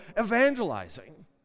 evangelizing